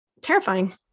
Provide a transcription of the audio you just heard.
terrifying